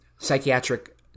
psychiatric